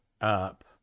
up